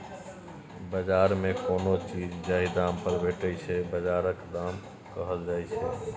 बजार मे कोनो चीज जाहि दाम पर भेटै छै बजारक दाम कहल जाइ छै